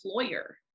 employer